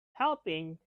helping